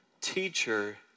teacher